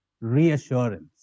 reassurance